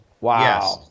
Wow